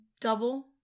double